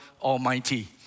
Almighty